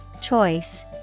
Choice